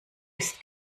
ist